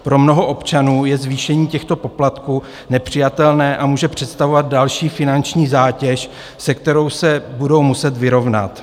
Pro mnoho občanů je zvýšení těchto poplatků nepřijatelné a může představovat další finanční zátěž, se kterou se budou muset vyrovnat.